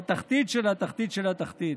זו התחתית של התחתית של התחתית.